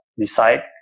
decide